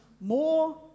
more